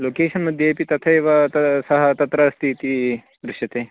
location मध्ये इति तथैव त सः तत्र अस्ति इति दृश्यते